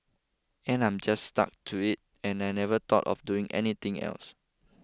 and I just stuck to it and I never thought of doing anything else